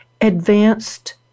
advanced